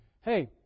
hey